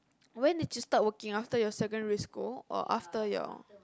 when did you start working after your secondary school or after your